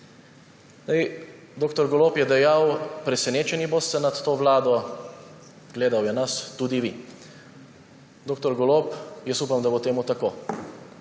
Dr. Golob je dejal: »Presenečeni boste nad to vlado,« gledal je nas, »tudi vi.« Dr. Golob, jaz upam, da bo to tako.